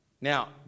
Now